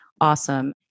awesome